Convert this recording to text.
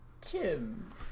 Tim